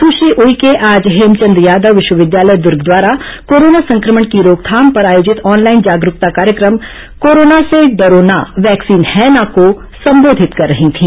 सुश्री उइके आज हेमचंद यादव विश्वविद्यालय द्र्ग द्वारा कोरोना संक्रमण की रोकथाम पर आयोजित ऑनलाइन जागरूकता कार्यक्रम कोरोना से डरो ना वैक्सीन है ना को संबोधित कर रही थी